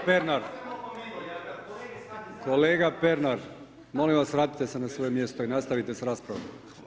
Kolega Pernar, kolega Pernar, molim vas vratite se na svoje mjesto i nastavite s raspravom.